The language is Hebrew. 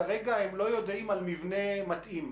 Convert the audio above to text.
כרגע הם לא יודעים על מבנה מתאים.